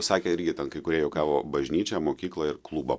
sakė irgi ten kai kurie juokavo bažnyčią mokyklą ir klubą